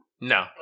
No